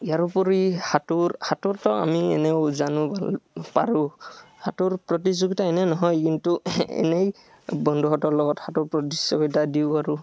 ইয়াৰ উপৰি সাঁতোৰ সাঁতোৰটো আমি এনেও জানো পাৰোঁ সাঁতোৰ প্ৰতিযোগিতা এনেই নহয় কিন্তু এনেই বন্ধুহঁতৰ লগত সাঁতোৰ প্ৰতিযোগিতা দিওঁ আৰু